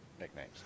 nicknames